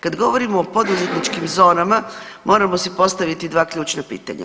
Kad govorimo o poduzetničkim zonama moramo si postaviti dva ključna pitanja.